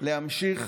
להמשיך